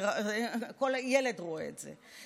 כל ילד רואה את זה.